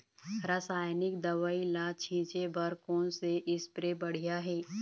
रासायनिक दवई ला छिचे बर कोन से स्प्रे बढ़िया हे?